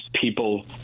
people